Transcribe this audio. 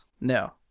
No